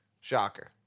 Shocker